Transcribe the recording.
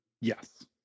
Yes